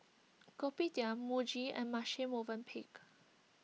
Kopitiam Muji and Marche Movenpick